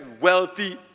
wealthy